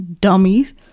Dummies